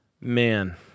man